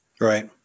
Right